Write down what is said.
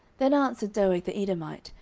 then answered doeg the edomite,